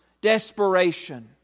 desperation